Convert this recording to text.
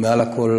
ומעל לכול